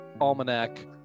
almanac